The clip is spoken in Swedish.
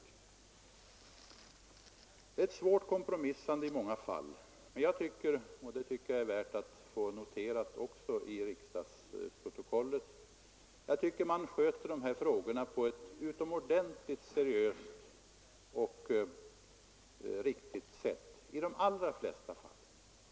Det är ett svårt kompromissande i många fall, men jag anser — och detta tycker jag det är värt att få noterat i riksdagsprotokollet — att dessa frågor i de allra flesta fall sköts på ett utomordentligt seriöst och riktigt sätt.